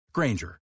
Granger